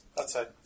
Outside